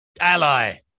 ally